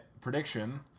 prediction